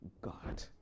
God